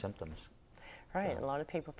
symptoms right and a lot of people